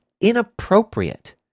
inappropriate